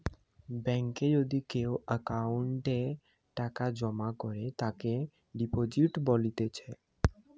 বেঙ্কে যদি কেও অ্যাকাউন্টে টাকা জমা করে তাকে ডিপোজিট বলতিছে